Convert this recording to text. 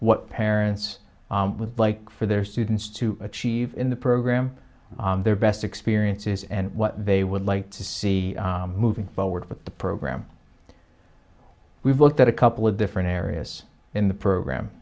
what parents with for their students to achieve in the program their best experiences and what they would like to see moving forward with the program we've looked at a couple of different areas in the program